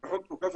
אני יודע שבירדן,